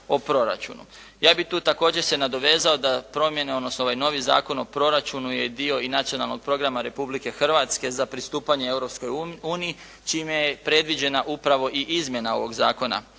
Ja bih tu također se nadovezao da promjene odnosno ovaj novi Zakon o proračunu je dio i Nacionalnog programa Republike Hrvatske za pristupanje Europskoj uniji čime je predviđena upravo i izmjena ovog Zakona